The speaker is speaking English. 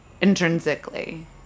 intrinsically